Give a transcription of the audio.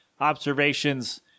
observations